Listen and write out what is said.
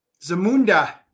Zamunda